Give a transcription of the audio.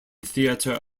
theatre